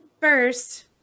First